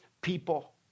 people